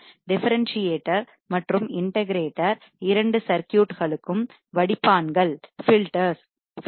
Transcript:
differentiator மற்றும் integrator இரண்டு சர்க்யூட்களுக்கும் வடிப்பான்கள் பில்டர்ஸ்